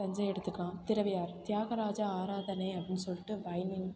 தஞ்சை எடுத்துக்கலாம் திருவையாறு தியாகராஜ ஆராதனை அப்படின்னு சொல்லிட்டு வயலின்